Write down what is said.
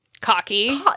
Cocky